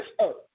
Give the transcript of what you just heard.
earth